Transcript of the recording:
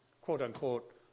quote-unquote